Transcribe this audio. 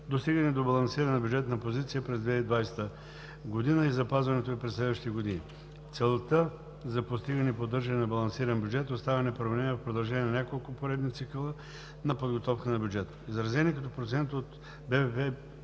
достигане до балансирана бюджетна позиция през 2020 г. и запазването ѝ през следващите години. Целта за постигане и поддържане на балансиран бюджет остава непроменена в продължение на няколко поредни цикъла на подготовка на бюджета. Изразени като процент от